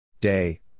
Day